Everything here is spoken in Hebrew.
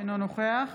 אינו נוכח